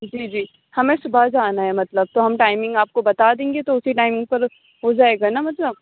جی جی ہمیں صُبح جانا ہے مطلب تو ہم ٹائمنگ آپ کو بتا دیں گے تو اُسی ٹائمنگ پر ہو جائے گا نا مطلب